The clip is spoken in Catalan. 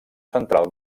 central